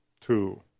two